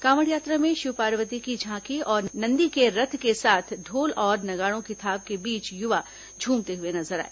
कावड़ यात्रा में शिव पार्वती की झांकी और नंदी के रथ के साथ ढोल और नगाड़ों की थाप के बीच युवा झूमते हुए नजर आए